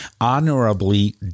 honorably